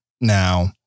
Now